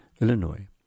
Illinois